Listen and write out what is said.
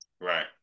Right